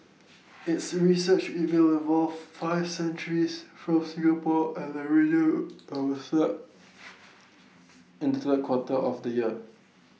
its research will involve five centres from Singapore and the region and start in the quarter of the year